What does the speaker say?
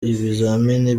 ibizamini